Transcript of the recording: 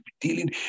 dealing